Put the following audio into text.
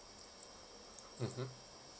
mmhmm